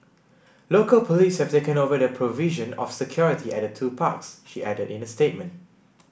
local police have taken over the provision of security at the two parks she added in a statement